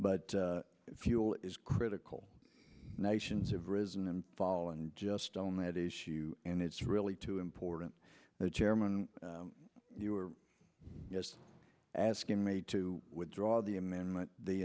but fuel is critical nations have risen and fallen just on that issue and it's really too important the chairman you were just asking me to withdraw the amendment the